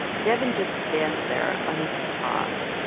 devyn just stands there unable to talk.